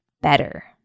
better